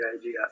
idea